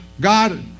God